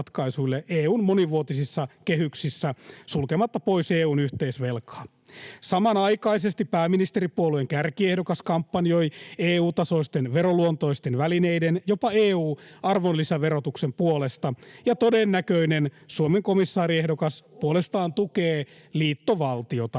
EU:n monivuotisissa kehyksissä sulkematta pois EU:n yhteisvelkaa. Samanaikaisesti pääministeripuolueen kärkiehdokas kampanjoi EU-tasoisten veroluontoisten välineiden, jopa EU-arvonlisäverotuksen, puolesta, [Tuomas Kettunen: Ohhoh, uskomatonta!] ja todennäköinen Suomen komissaariehdokas puolestaan tukee liittovaltiota.